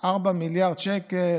4 מיליארד שקל,